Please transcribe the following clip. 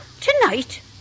Tonight